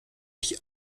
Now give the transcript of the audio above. die